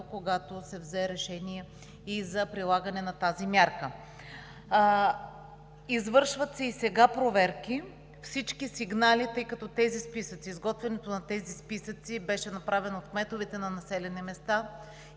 когато се взе решение и за прилагане на тази мярка. Извършват се и сега проверки. Всички сигнали, тъй като изготвянето на тези списъци беше направено от кметовете на населените места